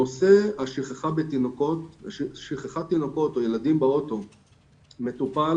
נושא שכחת תינוקות או ילדים באוטו מטופל